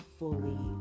fully